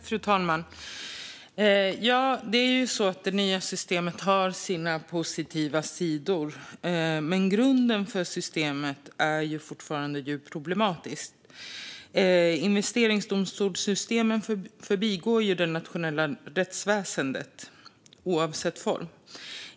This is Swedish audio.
Fru talman! Det nya systemet har sina positiva sidor. Men grunden för systemet är fortfarande djupt problematiskt. Investeringsdomstolssystemen förbigår ju det nationella rättsväsendet oavsett form.